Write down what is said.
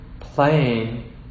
playing